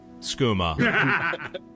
skooma